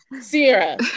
Sierra